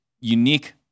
unique